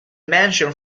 mansion